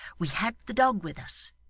we had the dog with us,